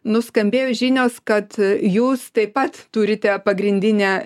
nuskambėjo žinios kad jūs taip pat turite pagrindinę